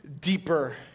deeper